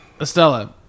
Estella